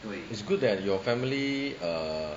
is good that your family err